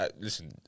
listen